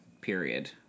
Period